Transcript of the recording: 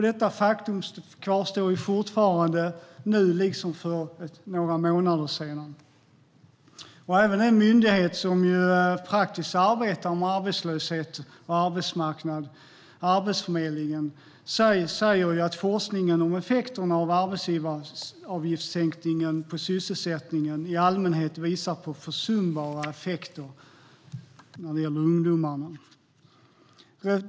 Detta faktum kvarstår nu liksom för några månader sedan. Även en myndighet som praktiskt arbetar med arbetslöshet och arbetsmarknad, Arbetsförmedlingen, säger att forskningen om effekterna av arbetsgivaravgiftssänkningen på sysselsättningen i allmänhet visar på försumbara effekter när det gäller ungdomarna.